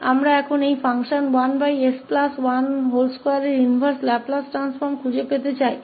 अब हम 1s12 इस फंक्शन के उदाहरण के लिए इनवर्स लाप्लास ट्रांसफॉर्म को खोजना चाहते हैं